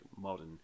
modern